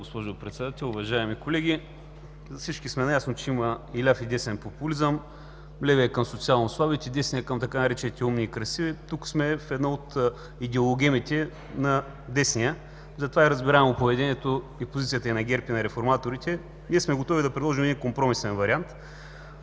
госпожо Председател, уважаеми колеги! Всички сме наясно, че има и ляв, и десен популизъм – левият е към социално слабите, десният е към така наречените „умни и красиви”. Тук сме в една от идеологемите на десния, затова е разбираемо поведението и позицията и на ГЕРБ, и на реформаторите. Ние сме готови да предложим един компромисен вариант,